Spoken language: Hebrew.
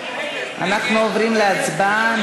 אנחנו עוברים להצבעה.